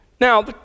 Now